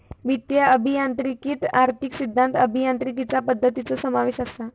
वित्तीय अभियांत्रिकीत आर्थिक सिद्धांत, अभियांत्रिकीचा पद्धतींचो समावेश असा